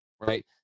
right